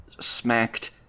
smacked